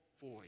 voice